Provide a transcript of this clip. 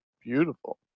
beautiful